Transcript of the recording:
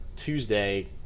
Tuesday